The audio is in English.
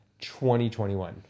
2021